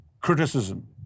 criticism